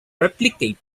replicate